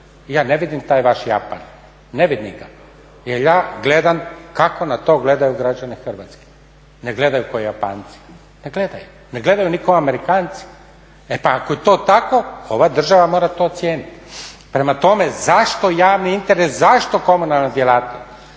ja ne vidim taj vaš Japan, ne vidim ga jel ja gledam kako na to gledaju građani Hrvatske, ne gledaju kao Japanci, ne gledaju. Ne gledaju ni kao Amerikanci. E pa ako je to tako, ova država mora to ocijeniti. Prema tome, zašto javni interes, zašto komunalna djelatnost?